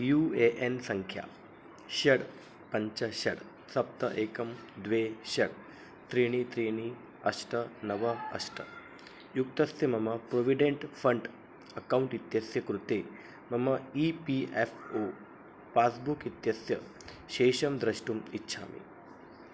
you A N सङ्ख्या षट् पञ्च षट् सप्त एकं द्वे षट् त्रीणि त्रीणि अष्ट नव अष्ट युक्तस्य मम प्रोविडेण्ट् फ़ण्ड् अकौण्ट् इत्यस्य कृते मम E P F O passbook इत्यस्य शेषं द्रष्टुम् इच्छामि